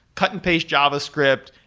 cut-and-paste javascript,